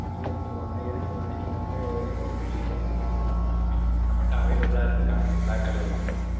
எடுத்துகிட்டு வாங்க எடுத்துகிட்டு வந்து நீங்கள் வந்து போட்டு நீங்கள் டெலிவரி எடுத்துக்கலாம் உடனேமே நம்பள்கிட்ட அவைலபுள்ளாக இருக்கு காரு ப்ளாக் கலர் ஒன்றே ஒன்று